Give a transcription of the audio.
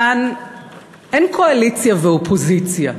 כאן אין קואליציה ואופוזיציה.